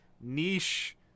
niche